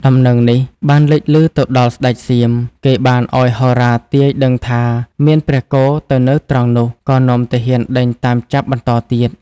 ដំណឹងនេះបានលេចឮទៅដល់ស្ដេចសៀម គេបានឲ្យហោរាទាយដឹងថា មានព្រះគោទៅនៅត្រង់នោះ ក៏នាំទាហានដេញតាមចាប់បន្តទៀត។